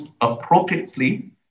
appropriately